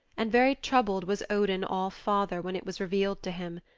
and very troubled was odin all-father when it was revealed to him.